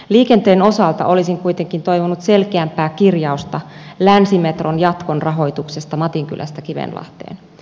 liikenteen osalta olisin kuitenkin toivonut selkeämpää kirjausta länsimetron jatkon rahoituksesta matinkylästä kivenlahteen